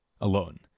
alone